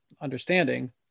understanding